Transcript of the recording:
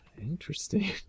Interesting